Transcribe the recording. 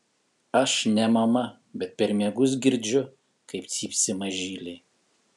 aš ne mama bet per miegus girdžiu kaip cypsi mažyliai